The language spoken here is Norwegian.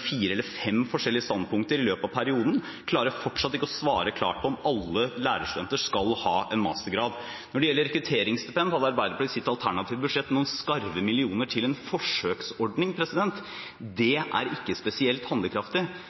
fire eller fem forskjellige standpunkter i løpet av perioden. De klarer fortsatt ikke å svare klart på om alle lærerstudenter skal ha en mastergrad. Når det gjelder rekrutteringsstipend, hadde Arbeiderpartiet i sitt alternative budsjett noen skarve millioner til en forsøksordning. Det er ikke spesielt handlekraftig.